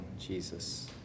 Jesus